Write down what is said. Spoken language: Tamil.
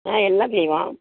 ஆ எல்லாம் செய்வோம்